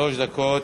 שלוש דקות.